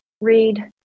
read